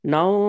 Now